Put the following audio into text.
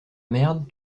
merde